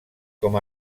com